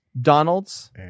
donalds